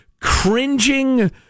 cringing